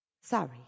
sorry